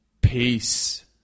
Peace